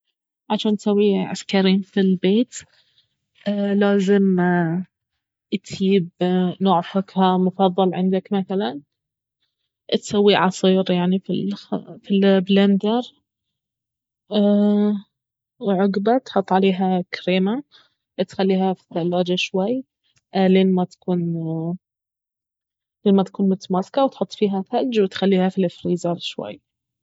عشان تسوي عسكريم في البيت لازم تييب نوع فاكهة مفضل عندك مثلا تسويه عصير يعني في البلندر وعقبه تحط عليها كريمة تخليها في الثلاجة شوي لين ما تكون متماكسة وتحط فيها ثلج وتخليها في الفريزر شوي